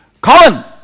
Colin